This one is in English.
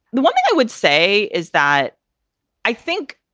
the one thing i would say is that i think